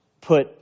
put